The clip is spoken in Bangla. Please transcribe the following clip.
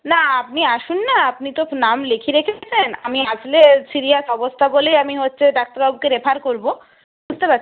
না আপনি আসুন না আপনি তো নাম লিখে রেখেছিলেন আমি আসলে সিরিয়াস অবস্থা বলেই আমি হচ্ছে ডাক্তারবাবুকে রেফার করব বুঝতে পারছেন